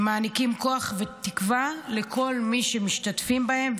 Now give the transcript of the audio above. הם מעניקים כוח ותקווה לכל מי שמשתתפים בהם,